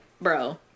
bro